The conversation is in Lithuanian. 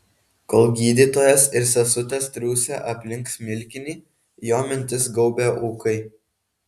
kol gydytojas ir sesutės triūsė aplink smilkinį jo mintis gaubė ūkai